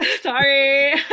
sorry